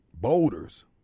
boulders